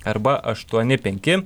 arba aštuoni penki